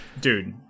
dude